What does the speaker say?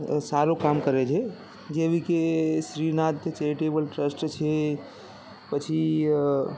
સારું કામ કરે છે જેવી કે શ્રી નાથ ચેરિટેબલ ટ્રસ્ટ છે પછી